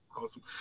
Awesome